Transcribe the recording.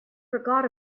forgot